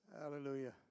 Hallelujah